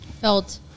felt